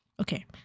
Okay